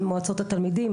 על מועצות התלמידים,